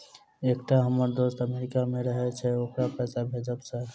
एकटा हम्मर दोस्त अमेरिका मे रहैय छै ओकरा पैसा भेजब सर?